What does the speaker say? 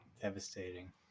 Devastating